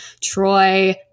Troy